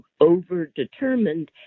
overdetermined